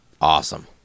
Awesome